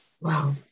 Wow